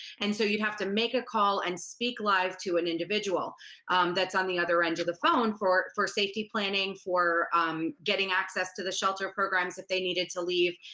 and so you'd have to make a call and speak live to an individual that's on the other end of the phone for for safety planning, for getting access to the shelter programs that they needed to leave.